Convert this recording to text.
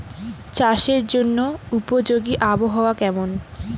চাষের জন্য উপযোগী আবহাওয়া কেমন?